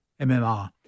MMR